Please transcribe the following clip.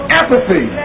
apathy